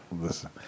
Listen